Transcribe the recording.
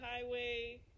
highway